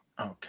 Okay